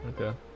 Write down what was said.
Okay